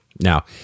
Now